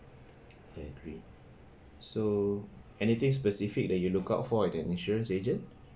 I agree so anything specific that you look out for as an insurance agent